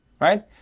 right